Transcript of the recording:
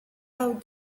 out